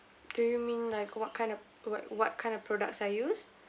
do you mean like what kind of what what kind of products are used